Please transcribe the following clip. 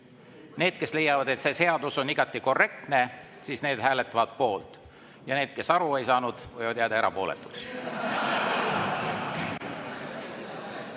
Need, kes leiavad, et see seadus on igati korrektne, hääletavad poolt, ja need, kes aru ei saanud, võivad jääda erapooletuks.